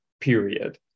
period